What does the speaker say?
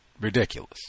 ridiculous